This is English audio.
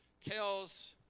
tells